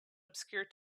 obscure